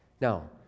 Now